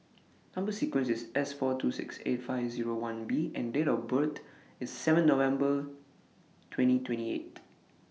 Number sequence IS S four two six eight five Zero one B and Date of birth IS seven November twenty twenty eight